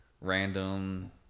random